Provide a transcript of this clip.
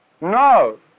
No